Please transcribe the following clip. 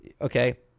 okay